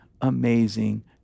amazing